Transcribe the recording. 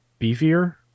beefier